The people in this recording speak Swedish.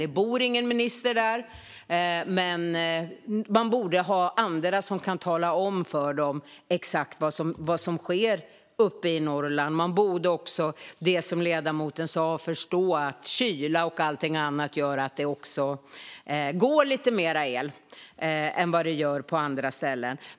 Det bor ingen minister där, men man borde ha andra som kan tala om exakt vad som sker uppe i Norrland. Man borde också förstå att kyla och allt annat, som ledamoten sa, gör att det går åt lite mer el än på andra ställen.